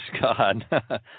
God